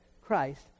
Christ